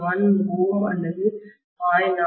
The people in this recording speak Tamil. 1 Ω அல்லது 0